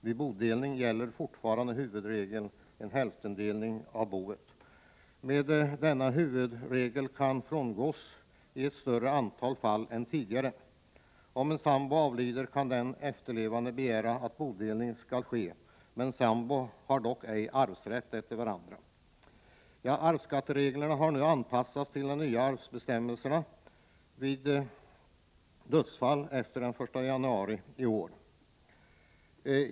Vid bodelning gäller fortfarande huvudregeln om en hälftendelning av boet, men denna huvudregel kan frångås i ett större antal fall än tidigare. Om en sambo avlider kan den efterlevande begära att bodelning skall ske. Sambor har dock ej arvsrätt efter varandra. Arvsskattereglerna har nu anpassats till de nya arvsbestämmelserna, som gäller för dödsfall efter den 1 januari i år.